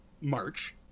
March